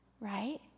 right